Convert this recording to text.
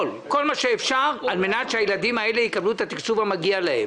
את כל מה שאפשר על מנת שהילדים האלה יקבלו את התקצוב המגיע להם.